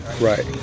Right